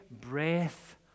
breath